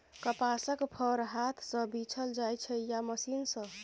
कपासक फर हाथ सँ बीछल जाइ छै या मशीन सँ